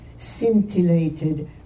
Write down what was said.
scintillated